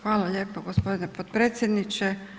Hvala lijepa gospodine potpredsjedniče.